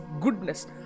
goodness